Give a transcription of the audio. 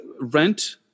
rent